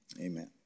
amen